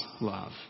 love